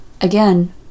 again